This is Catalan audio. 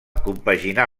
compaginà